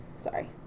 Sorry